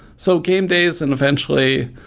so game days and eventually,